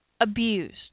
abused